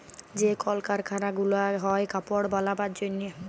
যে কল কারখালা গুলা হ্যয় কাপড় বালাবার জনহে